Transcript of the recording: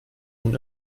nun